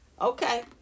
Okay